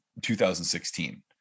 2016